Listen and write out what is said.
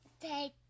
take